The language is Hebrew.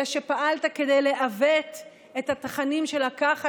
אלא שפעלת כדי לעוות את התכנים שלה ככה